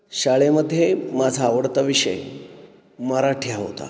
शाळेमध्ये माझा आवडता विषय मराठी हा होता